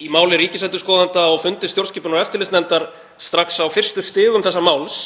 í máli ríkisendurskoðanda á fundi stjórnskipunar- og eftirlitsnefndar strax á fyrstu stigum þessa máls